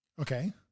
okay